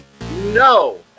No